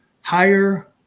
higher